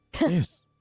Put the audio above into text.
Yes